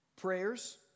prayers